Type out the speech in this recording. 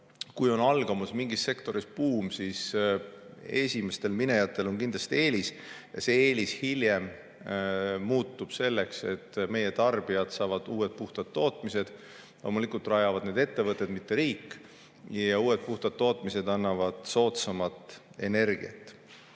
kui on algamas mingis sektoris buum, siis esimestel minejatel on kindlasti eelis, ja see eelis hiljem muutub selleks, et meie tarbijad saavad uued puhtad tootmised. Loomulikult rajavad need ettevõtted, mitte riik. Uued puhtad tootmised annavad soodsamat energiat.